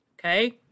okay